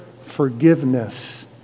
forgiveness